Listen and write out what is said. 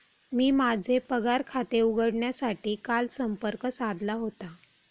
मी माझे पगार खाते उघडण्यासाठी काल संपर्क साधला होता